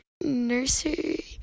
nursery